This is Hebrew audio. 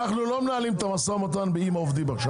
אנחנו לא מנהלים את המשא ומתן עם העובדים כרגע.